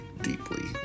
deeply